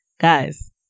guys